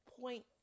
point